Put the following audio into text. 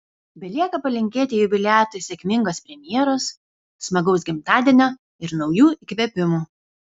belieka palinkėti jubiliatui sėkmingos premjeros smagaus gimtadienio ir naujų įkvėpimų